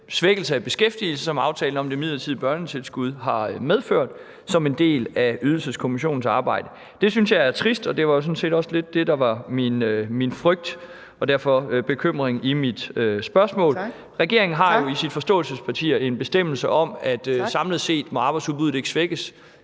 svækkelse af beskæftigelsen, som aftalen om det midlertidige børnetilskud har medført som en følge af Ydelseskommissionens arbejde. Det synes jeg er trist, og det var jo sådan set også lidt det, der var min frygt og derfor bekymring i mit spørgsmål. (Fjerde næstformand (Trine Torp): Tak!) Regeringen har jo i sit forståelsespapir en bestemmelse om, at arbejdsudbuddet samlet